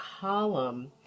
column